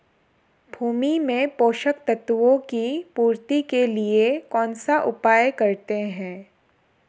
भूमि में पोषक तत्वों की पूर्ति के लिए कौनसा उपाय करते हैं?